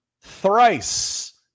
Thrice